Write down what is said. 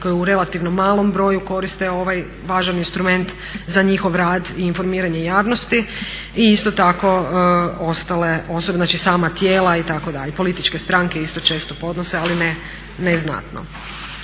koji u relativno malom broju koriste ovaj važan instrument za njihov rad i informiranje javnosti. I isto tako ostale, znači sama tijela itd.. I političke stranke isto često podnose ali ne znatno.